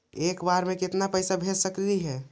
एक बार मे केतना पैसा भेज सकली हे?